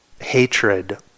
Hatred